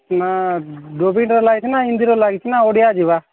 ନା ଗୋବିନ୍ଦା ଲାଗିଛି ନା ହିନ୍ଦିର ଲାଗିଛି ନା ଓଡ଼ିଆ ଯିବା